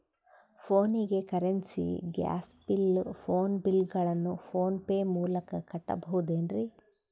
ಫೋನಿಗೆ currency, gas bill, phone bill ಗಳನ್ನು PhonePe ಮೂಲಕ ಕಟ್ಟಬಹುದೇನ್ರಿ?